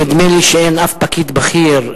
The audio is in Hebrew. נדמה לי שאין אף פקיד בכיר,